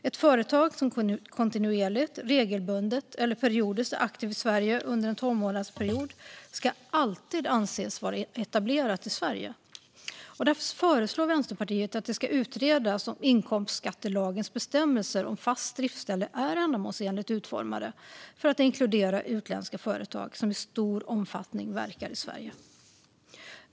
Ett företag som kontinuerligt, regelbundet eller periodiskt är aktivt i Sverige under en tolvmånadersperiod ska alltid anses etablerat i Sverige. Vänsterpartiet föreslår därför att det ska utredas om inkomstskattelagens bestämmelser om fast driftställe är ändamålsenligt utformade för att inkludera utländska företag som i stor omfattning verkar i Sverige.